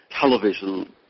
television